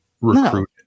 recruit